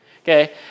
Okay